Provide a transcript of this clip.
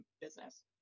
business